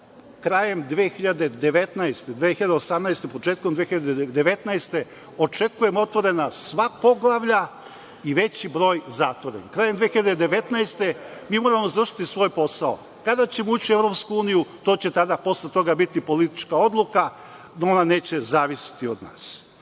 krajem 2018, početkom 2019. godine očekujem otvorena sva poglavlja i veći broj zatvorenih. Krajem 2019. godine mi moramo završiti svoj posao. Kada ćemo ući u EU, to će tada, posle toga, biti politička odluka, ona neće zavisiti od